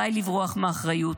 די לברוח מאחריות,